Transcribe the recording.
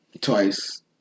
twice